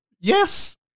Yes